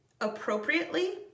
appropriately